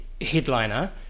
headliner